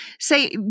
Say